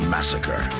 Massacre